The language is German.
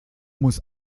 muss